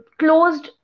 closed